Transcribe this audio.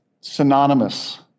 Synonymous